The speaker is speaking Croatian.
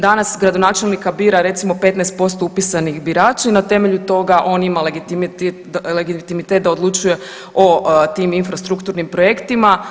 Danas gradonačelnika bira recimo 15% upisanih birača i na temelju toga on ima legitimitet da odlučuje o tim infrastrukturnim projektima.